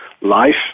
life